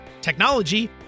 technology